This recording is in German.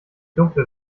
dunkle